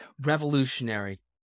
Revolutionary